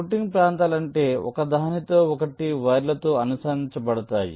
routing ప్రాంతాలు అంటే అవి ఒకదానితో ఒకటి వైర్లతో అనుసంధానించబడతాయి